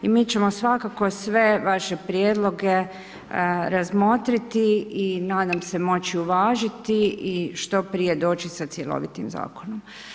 I mi ćemo svakako sve vaše prijedloge razmotriti i nadam se moći uvažiti i što prije doći sa cjelovitim zakonom.